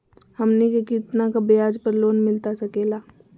हमनी के कितना का ब्याज पर लोन मिलता सकेला?